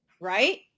Right